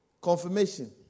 Confirmation